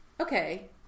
okay